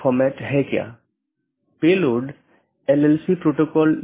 BGP एक बाहरी gateway protocol है